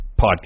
podcast